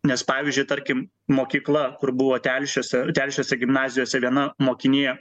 nes pavyzdžiui tarkim mokykla kur buvo telšiuose telšiuose gimnazijose viena mokinė